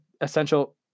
essential